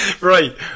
Right